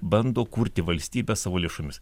bando kurti valstybę savo lėšomis